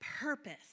purpose